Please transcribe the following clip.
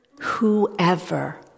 whoever